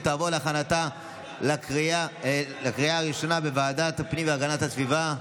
ותעבור להכנתה לקריאה הראשונה בוועדת הפנים והגנת הסביבה.